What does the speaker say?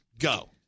Go